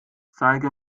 zeige